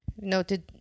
noted